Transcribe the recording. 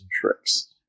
tricks